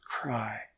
cry